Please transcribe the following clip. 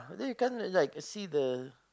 but then you can't really like see the